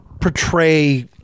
portray